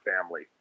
family